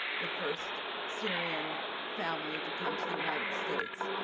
the first syrian family to come to the united states.